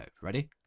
ready